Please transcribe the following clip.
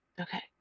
okay